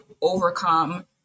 overcome